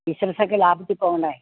ബിസിനെസ്സൊക്കെ ലാഭത്തിൽ പോവണ്ടേ